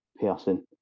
person